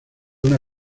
una